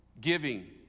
giving